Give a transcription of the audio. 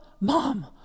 Mom